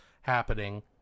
happening